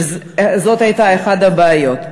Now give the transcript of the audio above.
שזאת הייתה אחת הבעיות,